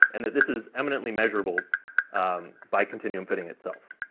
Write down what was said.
and that this is eminently measurable by continuum fitting itself.